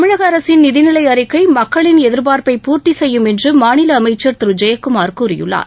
தமிழக அரசின் நிதிலை அறிக்கை மக்களின் எதிர்பார்ப்பை பூர்த்தி செய்யும் என்று மாநில அமைச்சர் திரு ஜெயக்குமார் கூறியுள்ளார்